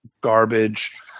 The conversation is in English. Garbage